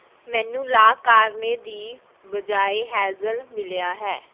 ਮੈਨੂੰ ਲਾ ਕਾਰਨੇ ਦੀ ਬਜਾਏ ਹੈਜ਼ਲ ਮਿਲਿਆ ਹੈ